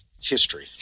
history